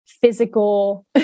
physical